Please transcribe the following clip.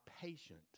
patient